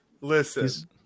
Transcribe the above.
listen